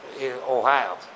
Ohio